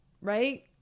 right